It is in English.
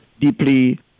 deeply